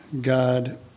God